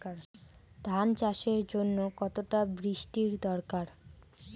ধান চাষের জন্য কতটা বৃষ্টির দরকার?